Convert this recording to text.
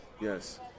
Yes